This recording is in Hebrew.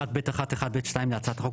בסעיף 1(ב1)(1)(ב)(2) להצעת החוק,